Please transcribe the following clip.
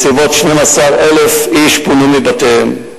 בסביבות 12,000 איש פונו מבתיהם.